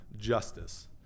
justice